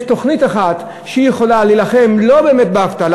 יש תוכנית אחת שיכולה להילחם לא באמת באבטלה,